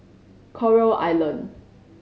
Coral Island